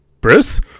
Bruce